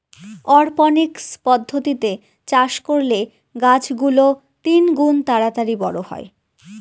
অরপনিক্স পদ্ধতিতে চাষ করলে গাছ গুলো তিনগুন তাড়াতাড়ি বড়ো হয়